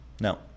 no